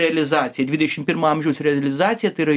realizacija dvidešim pirmo amžiaus realizacija tai yra